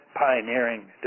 pioneering